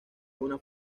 una